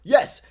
Yes